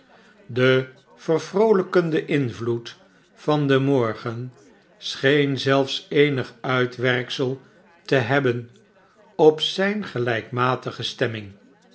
de vervroolijkende invloed van den morgen scheen zelfs eenig tiitwerksel te hebben op zijne gelijkmatige stemming